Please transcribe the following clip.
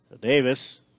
Davis